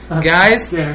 Guys